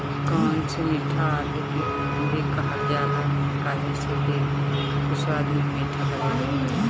कोन के मीठा आलू भी कहल जाला काहे से कि इ स्वाद में मीठ लागेला